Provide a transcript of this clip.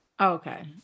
Okay